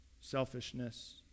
selfishness